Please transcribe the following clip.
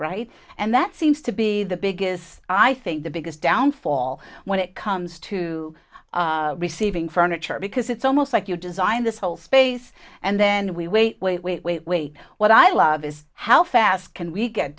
right and that seems to be the biggest i think the biggest downfall when it comes to receiving furniture because it's almost like you designed this whole space and then we wait wait wait wait wait what i love is how fast can we